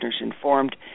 informed